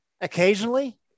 Occasionally